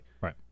Right